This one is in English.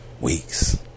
weeks